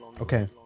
Okay